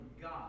God